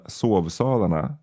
sovsalarna